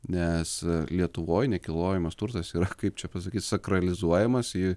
nes lietuvoj nekilnojamas turtas yra kaip čia pasakyt sakralizuojamas į